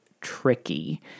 tricky